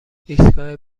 ایستگاه